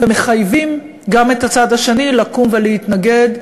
ומחייבים גם את הצד השני לקום ולהתנגד,